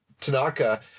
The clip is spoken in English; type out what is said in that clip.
Tanaka